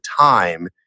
time